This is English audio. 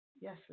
yes